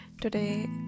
today